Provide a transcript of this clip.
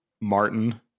Martin